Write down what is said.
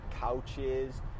couches